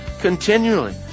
continually